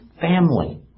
family